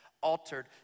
altered